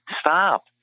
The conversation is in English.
stop